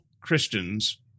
Christians